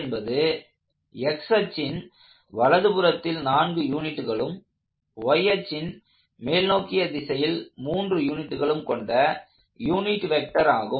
என்பது x அச்சின் வலதுபுறத்தில் 4 யூனிட்களும் y அச்சின் மேல் நோக்கிய திசையில் 3 யூனிட்களும் கொண்ட யூனிட் வெக்டர் ஆகும்